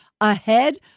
ahead